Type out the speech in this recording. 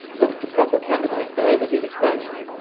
looked a proper candidate for overseas expansion,